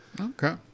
Okay